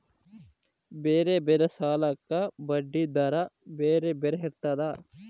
ಬೇರೆ ಬೇರೆ ಸಾಲಕ್ಕ ಬಡ್ಡಿ ದರಾ ಬೇರೆ ಬೇರೆ ಇರ್ತದಾ?